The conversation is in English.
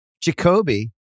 Jacoby